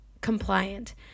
compliant